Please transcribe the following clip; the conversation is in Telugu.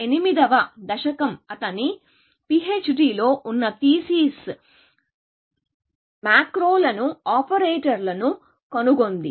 80 వ దశకం అతని పిహెచ్డి లో ఉన్న థీసిస్ మాక్రోలను ఆపరేటర్లను కనుగొంది